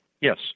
Yes